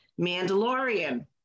*Mandalorian*